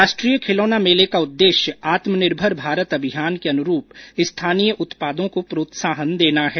राष्ट्रीय खिलौना मेले का उद्देश्य आत्मनिर्भर भारत अभियान के अनुरूप स्थानीय उत्पादों को प्रोत्साहन देना है